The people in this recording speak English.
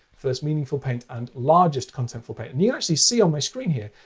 first meaningful paint, and largest contentful paint. and you actually see on my screen here,